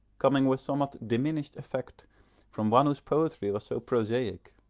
coming with somewhat diminished effect from one whose poetry was so prosaic.